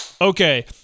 Okay